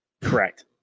Correct